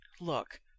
Look